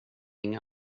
inget